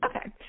Okay